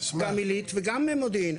גם עילית וגם מודיעין.